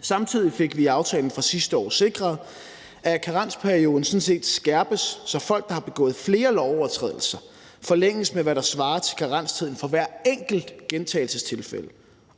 Samtidig fik vi i aftalen fra sidste år sikret, at karensperioden sådan set skærpes, så folk, der har begået flere lovovertrædelser, får deres karensperiode forlænget med, hvad der svarer til karenstiden for hver enkelt gentagelsestilfælde,